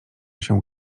się